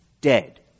dead